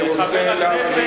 היא מתנצלת.